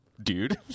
dude